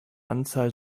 anzahl